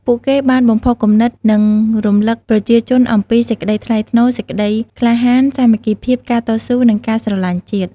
ពួកគេបានបំផុសគំនិត និងរំឭកប្រជាជនអំពី សេចក្តីថ្លៃថ្នូរ សេចក្តីក្លាហាន សាមគ្គីភាព ការតស៊ូ និងការស្រឡាញ់ជាតិ។